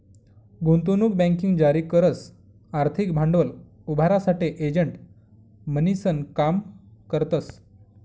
गुंतवणूक बँकिंग जारी करस आर्थिक भांडवल उभारासाठे एजंट म्हणीसन काम करतस